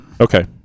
Okay